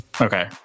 Okay